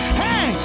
hey